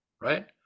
Right